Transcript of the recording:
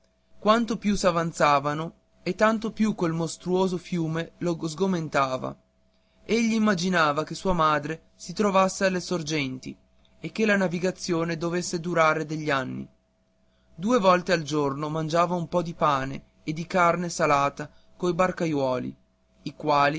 quanto più s'avanzavano e tanto più quel mostruoso fiume lo sgomentava